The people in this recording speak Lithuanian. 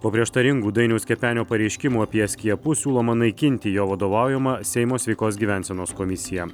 po prieštaringų dainiaus kepenio pareiškimų apie skiepus siūloma naikinti jo vadovaujamą seimo sveikos gyvensenos komisiją